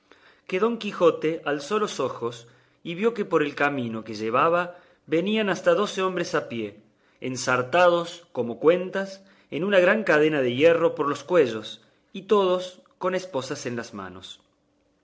que don quijote alzó los ojos y vio que por el camino que llevaba venían hasta doce hombres a pie ensartados como cuentas en una gran cadena de hierro por los cuellos y todos con esposas a las manos